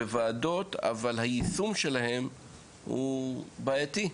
בוועדות אבל היישום שלהן הוא בעייתי.